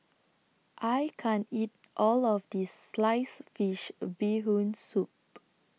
I can't eat All of This Sliced Fish Bee Hoon Soup